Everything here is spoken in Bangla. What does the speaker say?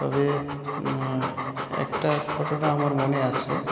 তবে একটা ঘটনা আমার মনে আছে